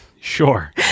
Sure